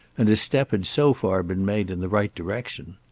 and a step had so far been made in the right direction.